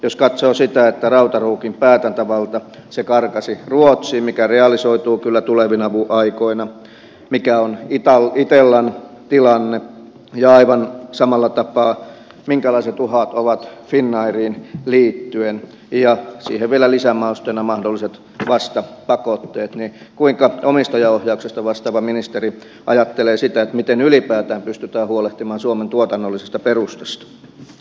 jos katsoo sitä että rautaruukin päätäntävalta karkasi ruotsiin mikä realisoituu kyllä tulevina aikoina sitä mikä on itellan tilanne ja aivan samalla tapaa minkälaiset uhat ovat finnairiin liittyen ja siihen vielä lisämausteena mahdollisia vastapakotteita niin kuinka omistajaohjauksesta vastaava ministeri ajattelee sitä miten ylipäätään pystytään huolehtimaan suomen tuotannollisesta perustasta